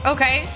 Okay